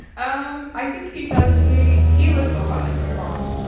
um i think he does he he looks a lot like my mom.